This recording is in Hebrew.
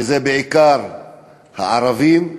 שזה בעיקר הערבים,